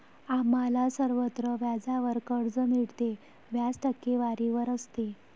आम्हाला सर्वत्र व्याजावर कर्ज मिळते, व्याज टक्केवारीवर असते